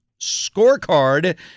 scorecard